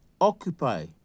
Occupy